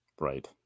Right